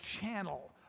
channel